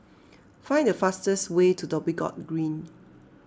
find the fastest way to Dhoby Ghaut Green